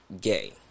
gay